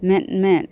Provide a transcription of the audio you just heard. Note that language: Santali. ᱢᱮᱫᱼᱢᱮᱫ